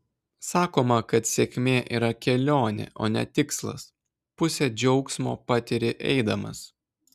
sakoma kad sėkmė yra kelionė o ne tikslas pusę džiaugsmo patiri eidamas